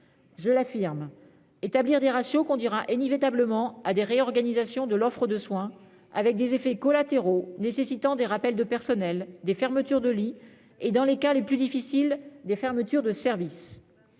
Je l'affirme : établir des ratios conduira inévitablement à des réorganisations de l'offre de soins, avec des effets collatéraux nécessitant des rappels de personnel, des fermetures de lits et, dans les cas les plus difficiles, des fermetures de services.